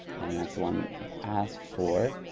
and that's one asked for.